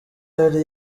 yari